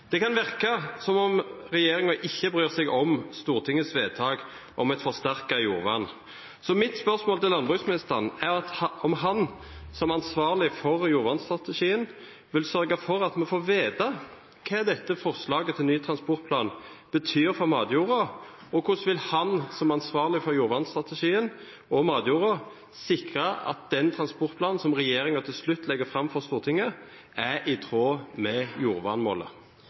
kan virke som om regjeringen ikke bryr seg om Stortingets vedtak om et forsterket jordvern. Så mitt spørsmål til landbruksministeren er om han, som ansvarlig for jordvernstrategien, vil sørge for at vi får vite hva forslaget til ny transportplan betyr for matjorda. Og hvordan vil han, som ansvarlig for jordvernstrategien og matjorda, sikre at den transportplanen som regjeringen til slutt legger fram for Stortinget, er i tråd med